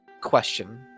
question